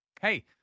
Hey